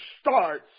Starts